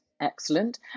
excellent